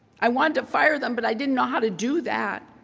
i wanted to fire them, but i didn't know how to do that.